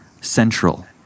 central